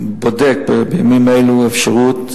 בודק בימים אלו אפשרות,